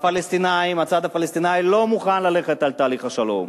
הצד הפלסטיני לא מוכן ללכת על תהליך השלום.